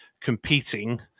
competing